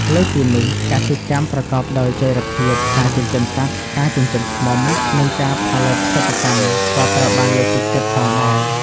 លើសពីនេះ កសិកម្មប្រកបដោយចីរភាព ការចិញ្ចឹមសត្វ ការចិញ្ចឹមឃ្មុំ និងការផលិតសិប្បកម្ម ក៏ត្រូវបានលើកទឹកចិត្តផងដែរ។